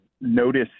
notice